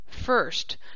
First